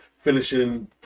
finishing